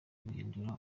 guhindura